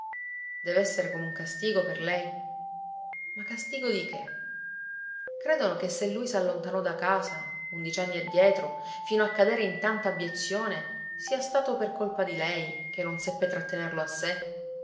dev'essere come un castigo per lei ma castigo di che credono che se lui s'allontanò da casa undici anni addietro fino a cadere in tanta abiezione sia stato per colpa di lei che non seppe trattenerlo a sé